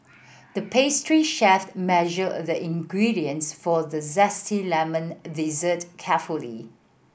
the pastry chef measured the ingredients for the zesty lemon dessert carefully